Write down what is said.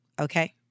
Okay